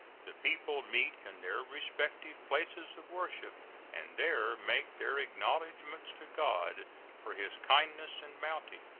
the people meet in their respective places of worship and there make their acknowledgments to god for his kindness and bounty.